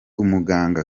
umuganga